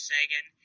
Sagan